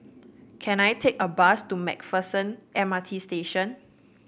can I take a bus to MacPherson M R T Station